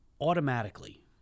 automatically